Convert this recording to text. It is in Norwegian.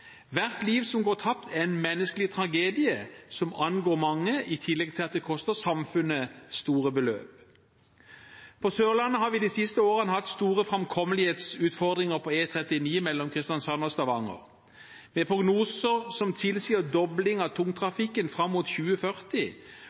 Hvert liv som går tapt, er en menneskelig tragedie som angår mange, i tillegg til at det koster samfunnet store beløp. På Sørlandet har vi de siste årene hatt store framkommelighetsutfordringer på E39 mellom Kristiansand og Stavanger. Med prognoser som tilsier en dobling av tungtrafikken fram mot 2040,